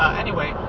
anyway,